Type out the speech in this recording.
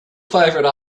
favorite